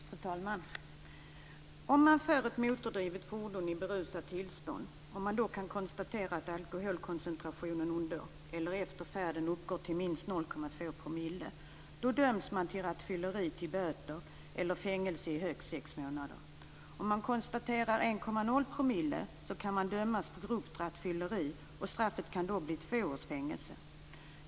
Fru talman! Om man framför ett motordrivet fordon i berusat tillstånd och det kan konstateras att alkoholkoncentrationen under eller efter färden uppgår till minst 0,2 promille döms man för rattfylleri till böter eller fängelse i högst sex månader. Om 1,0 promille kan konstateras kan man dömas för grovt rattfylleri. Straffet kan då bli två års fängelse.